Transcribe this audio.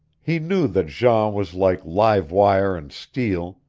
he knew that jean was like live wire and steel,